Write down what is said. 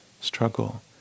struggle